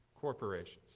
Corporations